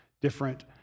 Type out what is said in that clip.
different